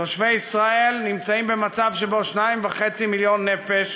תושבי ישראל נמצאים במצב שבו 2.5 מיליון נפש,